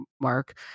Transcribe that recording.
Mark